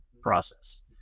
process